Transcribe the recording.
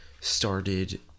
started